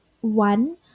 one